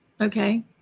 Okay